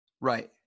Right